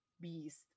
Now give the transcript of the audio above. beast